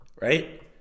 right